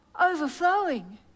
overflowing